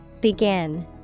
Begin